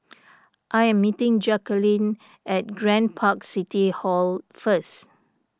I am meeting Jacalyn at Grand Park City Hall first